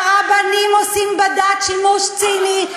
והרבנים עושים בדת שימוש ציני,